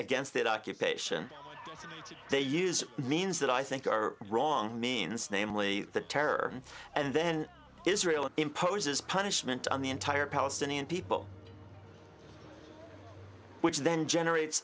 against that occupation they use means that i think are wrong means namely the terror and then israel imposes punishment on the entire palestinian people which then generates